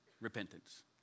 repentance